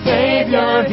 Savior